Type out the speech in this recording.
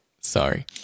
sorry